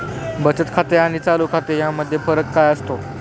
बचत खाते आणि चालू खाते यामध्ये फरक काय असतो?